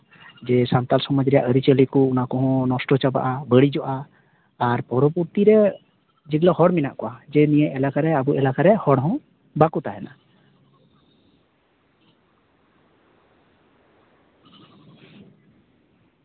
ᱡᱮ ᱥᱟᱱᱛᱟᱞ ᱥᱚᱢᱟᱡᱽ ᱨᱮᱭᱟᱜ ᱟᱹᱨᱤᱪᱟᱹᱞᱤ ᱠᱚ ᱚᱱᱟ ᱠᱚᱦᱚᱸ ᱱᱚᱥᱴᱚ ᱪᱟᱵᱟᱼᱟ ᱵᱟᱹᱲᱤᱡᱚᱜᱼᱟ ᱟᱨ ᱯᱚᱨᱚᱵᱚᱨᱛᱤ ᱨᱮ ᱡᱮᱜᱩᱞᱟᱹ ᱦᱚᱲ ᱢᱮᱱᱟᱜ ᱠᱚᱣᱟ ᱡᱮ ᱱᱤᱭᱟᱹ ᱮᱞᱟᱠᱟ ᱨᱮ ᱟᱵᱚ ᱮᱞᱟᱠᱟ ᱨᱮ ᱦᱚᱲ ᱦᱚᱸ ᱵᱟᱠᱚ ᱛᱟᱦᱮᱱᱟ